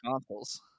consoles